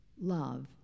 Love